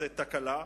וזאת תקלה,